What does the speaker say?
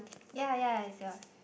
ya ya it's yours